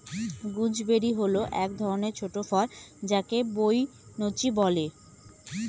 gooseberry হল এক ধরনের ছোট ফল যাকে বৈনচি বলে